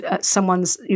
someone's